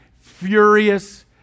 furious